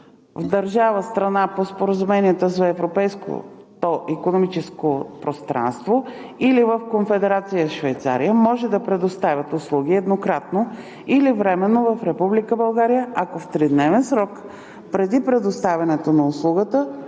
държава – страна по Споразумението за Европейското икономическо пространство, или в Конфедерация Швейцария, може да предоставят услуги еднократно или временно в Република България, ако в тридневен срок преди предоставянето на услугата